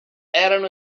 erano